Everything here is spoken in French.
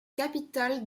capitale